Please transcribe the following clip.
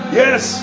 yes